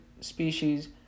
species